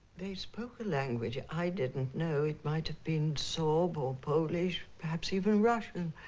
they spoke a language i didn't know. it might have been serb or polish perhaps even russian.